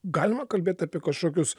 galima kalbėt apie kažkokius